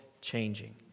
changing